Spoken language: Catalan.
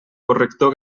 corrector